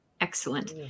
Excellent